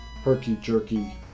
herky-jerky